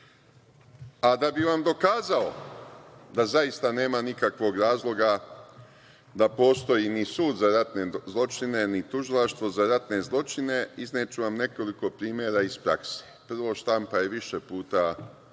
bih vam dokazao da zaista nema nikakvog razloga da postoji ni Sud za ratne zločine ni Tužilaštvo za ratne zločine, izneću vam nekoliko primera iz prakse. Prvo, štampa je više puta